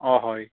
অঁ হয়